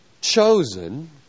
chosen